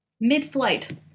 Mid-flight